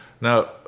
now